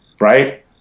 right